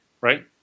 right